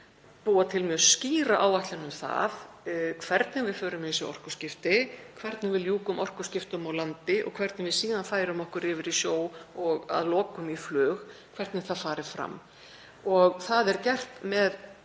búa til skýra áætlun um hvernig við förum í þessi orkuskipti; hvernig við ljúkum orkuskiptum á landi og hvernig við síðan færum okkur yfir í sjó og að lokum í flug, hvernig það fari fram. Ég tel að það